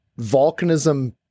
volcanism